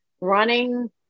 running